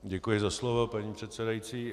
Děkuji za slovo, paní předsedající.